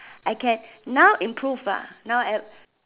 I can now improve ah now